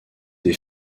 des